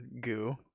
goo